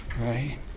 Right